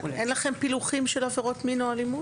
אין לכם פילוחים של עבירות מין או אלימות?